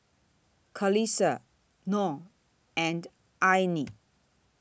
Qalisha Noh and Aina